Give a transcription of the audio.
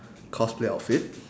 cosplay outfit